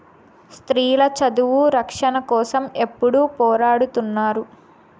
స్త్రీల చదువు రక్షణ కోసం ఎప్పుడూ పోరాడుతున్నారు